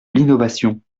l’innovation